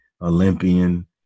Olympian